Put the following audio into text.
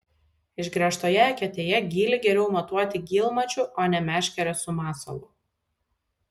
išgręžtoje eketėje gylį geriau matuoti gylmačiu o ne meškere su masalu